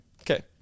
Okay